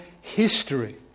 history